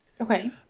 Okay